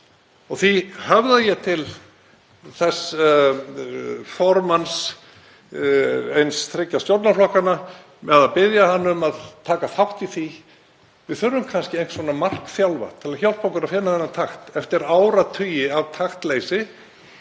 ná. Því höfða ég til formanns eins þriggja stjórnarflokkanna með að biðja hann um að taka þátt í því. Við þurfum kannski einhvers konar markþjálfa til að hjálpa okkur að finna þennan takt eftir áratugi af taktleysi